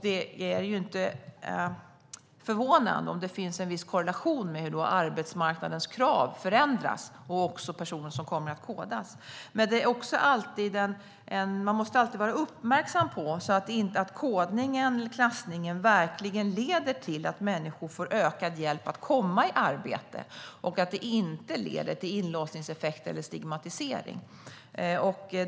Det är inte förvånande om det finns en viss korrelation mellan hur arbetsmarknadens krav förändras och de personer som kommer att kodas. Man måste alltid vara uppmärksam på att kodningen eller klassningen verkligen leder till att människor får ökad hjälp att komma i arbete och att det inte leder till inlåsningseffekt eller stigmatisering.